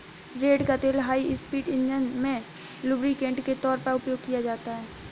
रेड़ का तेल high speed engine में लुब्रिकेंट के तौर पर उपयोग किया जाता है